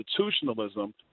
constitutionalism